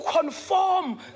conform